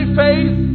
face